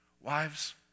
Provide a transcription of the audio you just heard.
Wives